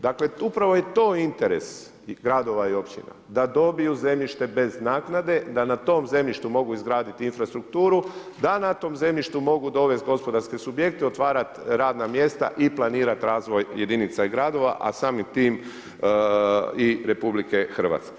Dakle, upravo je to interes gradova i općina, da dobiju zemljište bez naknade, da na tom zemljištu mogu izgraditi infrastrukturu, da na tom zemljištu mogu dovesti gospodarske subjekte, otvarati radna mjesta i planirati razvoj jedinica i gradova, a samim time i RH.